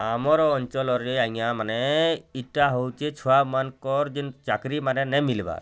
ଆମର ଅଞ୍ଚଲରେ ଆଜ୍ଞାମାନେ ଇଟା ହଉଛେ ଛୁଆମାନ୍ଙ୍କର ଯେନ୍ ଚାକ୍ରିମାନେ ନାଇଁ ମିଲ୍ବାର